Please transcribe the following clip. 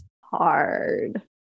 Hard